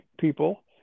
people